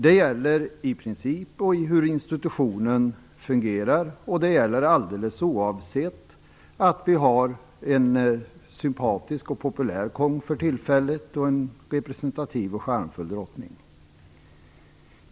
Det gäller i princip hur institutionen fungerar och det gäller alldeles oavsett att vi har en sympatisk och populär kung för tillfället och en representativ och charmfull drottning.